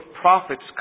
prophets